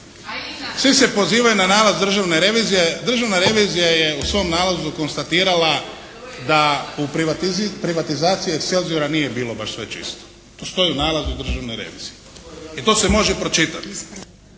Svi se pozivaju na nalaz državne revizije. Državna revizija je u svom nalazu konstatirala da u privatizaciji "Excelziora" nije bilo baš sve čisto. To stoji u nalazu državne revizije i to se može pročitati.